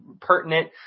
pertinent